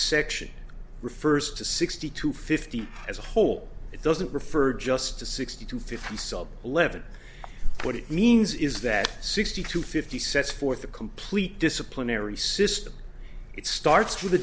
section refers to sixty to fifty as a whole it doesn't refer just to sixty to fifty so eleven what it means is that sixty to fifty sets forth the complete disciplinary system it starts with a